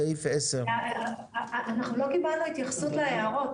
סעיף 10. אנחנו לא קיבלנו התייחסות להערות,